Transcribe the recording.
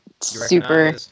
super